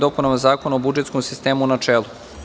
dopunama Zakona o budžetskom sistemu, u načelu.